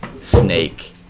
snake